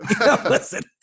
listen